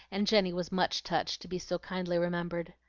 and jenny was much touched to be so kindly remembered.